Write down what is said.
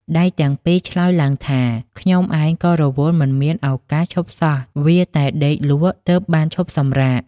ដៃទាំងពីរឆ្លើយឡើងថា "ខ្ញុំឯង ក៏រវល់មិនមាន ឱកាសឈប់សោះ វៀរតែដេកលក់ទើបបានឈប់សម្រាក។